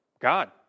God